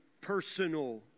personal